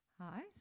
Hi